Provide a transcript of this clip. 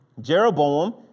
Jeroboam